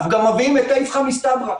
אנחנו גם מביאים את ההיפכא מסתברא.